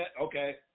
Okay